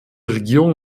regierung